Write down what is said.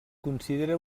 considera